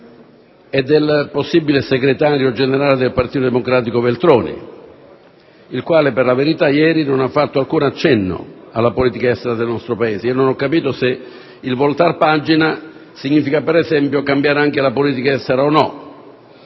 e del possibile segretario generale del Partito Democratico Veltroni, il quale, per la verità, ieri non ha fatto alcun accenno alla politica estera del nostro Paese. Non ho capito se il voltar pagina significhi, per esempio, cambiare anche la politica estera o meno.